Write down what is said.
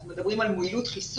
אנחנו מדברים על מועילות חיסון.